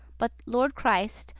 but, lord christ,